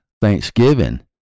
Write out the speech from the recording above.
thanksgiving